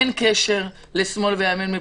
אין קשר לשמאל וימין מבחינתי,